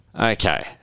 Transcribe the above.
Okay